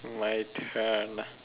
my turn